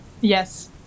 Yes